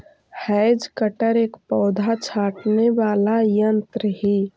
hedge cutter एक पौधा छाँटने वाला यन्त्र ही